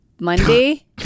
Monday